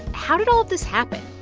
how did all of this happen?